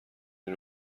این